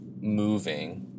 moving